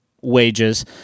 wages